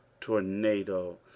tornado